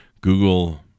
google